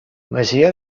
masia